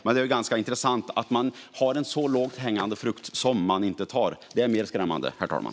Men det är intressant att man har så lågt hängande frukt som man inte tar. Det är mer skrämmande, herr talman.